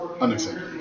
unacceptable